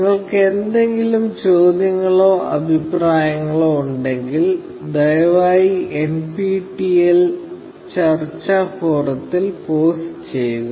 നിങ്ങൾക്ക് എന്തെങ്കിലും ചോദ്യങ്ങളോ അഭിപ്രായങ്ങളോ ഉണ്ടെങ്കിൽ ദയവായി NPTEL ചർച്ചാ ഫോറത്തിൽ പോസ്റ്റുചെയ്യുക